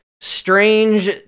strange